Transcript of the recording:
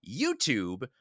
YouTube